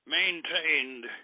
maintained